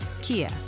Kia